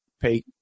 pay